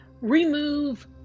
remove